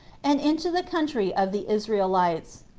and into the country of the israelites.